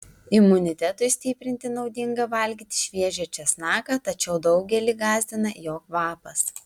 imunitetui stiprinti naudinga valgyti šviežią česnaką tačiau daugelį gąsdina jo kvapas